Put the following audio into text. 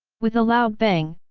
with a loud bang,